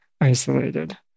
isolated